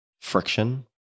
friction